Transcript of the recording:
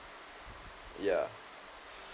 yeah